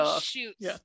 shoots